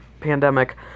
pandemic